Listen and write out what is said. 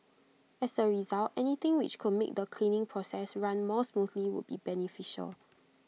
as A result anything which could make the cleaning process run more smoothly would be beneficial